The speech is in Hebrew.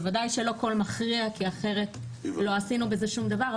בוודאי שלא קול מכריע כי אחרת לא עשינו בזה שום דבר.